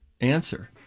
answer